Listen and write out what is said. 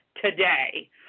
today